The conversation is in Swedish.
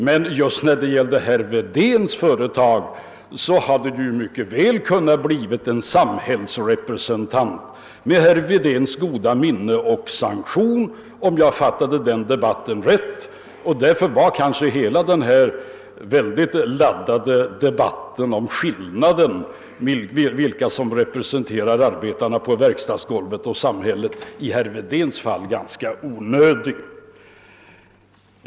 Men just när det gällde herr Wedéns företag hade det ju mycket väl kunnat bli en samhällsrepresentant med herr Wedéns goda minne och sanktion, om jag fattade den debatten rätt. Därför var kanske hela det mycket laddade inlägget om skillnaden mellan dem som representerade arbetarna på verkstadsgolvet och samhället i herr Wedéns fall ganska onödig.